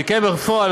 שכן בפועל,